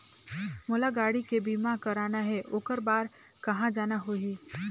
मोला गाड़ी के बीमा कराना हे ओकर बार कहा जाना होही?